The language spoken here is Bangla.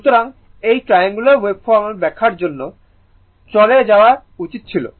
সুতরাং এই ট্রায়াঙ্গুলার ওয়েভফরর্মটি ব্যাখ্যা করার সময় চলে যাওয়া উচিত ছিল